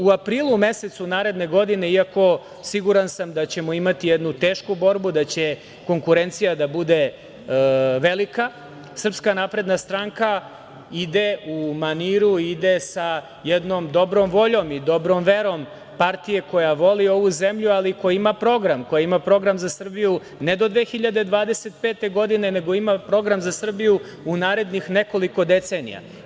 U aprilu mesecu naredne godine, iako siguran sam da ćemo imati jednu tešku borbu, da će konkurencija da bude velika, SNS ide u maniru, ide sa jednom dobrom voljom i dobrom verom partije koja voli ovu zemlju, ali koja ima program za Srbiju, ne do 2025. godine, nego ima program za Srbiju u narednih nekoliko decenija.